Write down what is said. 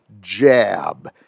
jab